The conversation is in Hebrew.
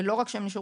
ולא רק זאת,